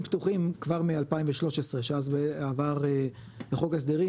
פתוחים כבר מ-2013 שאז עבר בחוק ההסדרים,